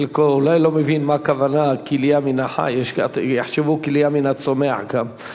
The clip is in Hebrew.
חלקו אולי לא מבין מה הכוונה "כליה מן החי"; יחשבו כליה מן הצומח גם.